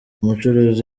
umucuruzi